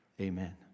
Amen